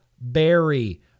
berry